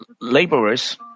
laborers